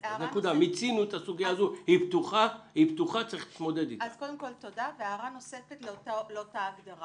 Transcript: מי שמוגדר בחשד למוגבלות שכלית או מוגבלות